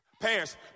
Parents